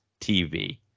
TV